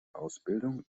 ausbildung